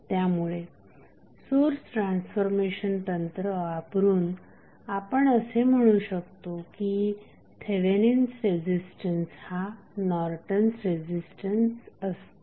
त्यामुळे source transformation तंत्र वापरून आपण असे म्हणू शकतो की थेवेनिन्स रेझिस्टन्स हा नॉर्टन्स रेझिस्टन्स असतो